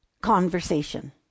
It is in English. conversation